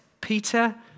Peter